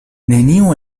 neniu